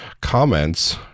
comments